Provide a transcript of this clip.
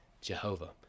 Jehovah